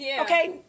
Okay